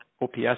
OPS